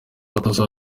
abatoza